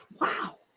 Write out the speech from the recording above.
wow